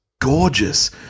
gorgeous